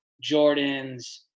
jordan's